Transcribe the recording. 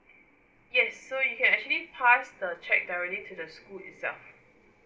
yes so you can actually pass the cheque directly to the school itself